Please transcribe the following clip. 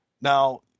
Now